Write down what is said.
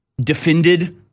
defended